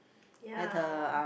yeah